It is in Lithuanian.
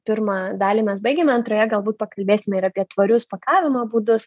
pirmą dalį mes baigėme antroje galbūt pakalbėsime ir apie tvarius pakavimo būdus